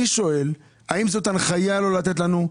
אני שואל האם זאת הנחיה לא לתת לנו.